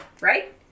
Right